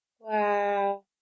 Wow